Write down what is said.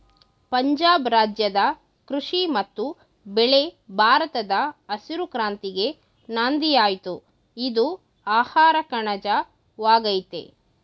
ಪಂಜಾಬ್ ರಾಜ್ಯದ ಕೃಷಿ ಮತ್ತು ಬೆಳೆ ಭಾರತದ ಹಸಿರು ಕ್ರಾಂತಿಗೆ ನಾಂದಿಯಾಯ್ತು ಇದು ಆಹಾರಕಣಜ ವಾಗಯ್ತೆ